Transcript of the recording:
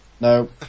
No